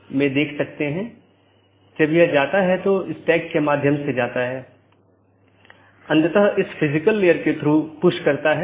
हम बताने की कोशिश कर रहे हैं कि राउटिंग प्रोटोकॉल की एक श्रेणी इंटीरियर गेटवे प्रोटोकॉल है